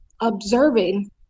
observing